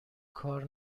کار